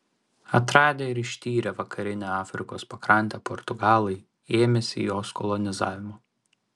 atradę ir ištyrę vakarinę afrikos pakrantę portugalai ėmėsi jos kolonizavimo